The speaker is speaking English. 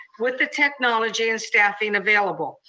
with the technology and staffing available.